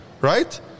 Right